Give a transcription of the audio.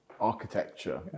architecture